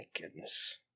goodness